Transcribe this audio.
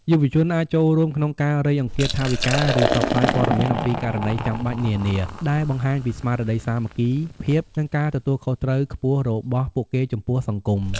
យុវជនអាចចូលរួមក្នុងការរៃអង្គាសថវិកា ឬផ្សព្វផ្សាយព័ត៌មានអំពីករណីចាំបាច់នានា ដែលបង្ហាញពី ស្មារតីសាមគ្គីភាព និងការទទួលខុសត្រូវខ្ពស់របស់ពួកគេចំពោះសង្គម។